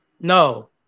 No